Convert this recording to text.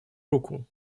руку